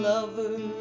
lover